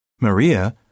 Maria